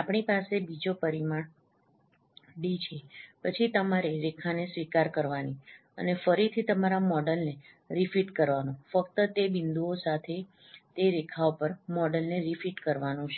આપણી પાસે બીજો પરિમાણ ડી છે પછી તમારે રેખાને સ્વીકાર કરવાની અને ફરીથી તમારા મોડેલને રિફિટ કરવાનું ફક્ત તે બિંદુઓ સાથે તે રેખાઓ પર મોડેલને રિફિટ કરવાનું છે